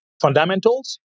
fundamentals